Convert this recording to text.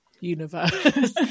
universe